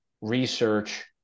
research